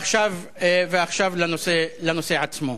ועכשיו לנושא עצמו.